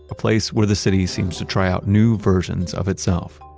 a place where the city seems to try out new versions of itself.